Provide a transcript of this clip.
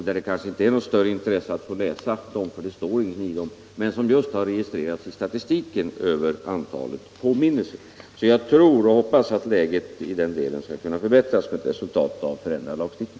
Det finns kanske inte något av större intresse att läsa i dem, men de har registrerats i statistiken över antalet påminnelser. Jag tror och hoppas att läget i den delen skall kunna förbättras som resultat av en förändrad lagstiftning.